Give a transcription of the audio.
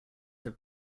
have